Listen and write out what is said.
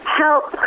help